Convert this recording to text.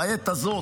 בעת הזאת,